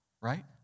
Right